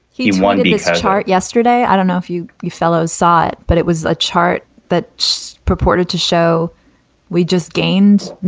he won big yesterday i don't know if you you fellows saw it, but it was a chart that so purported to show we just gained